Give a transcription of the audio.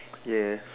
!yay!